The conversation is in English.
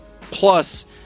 Plus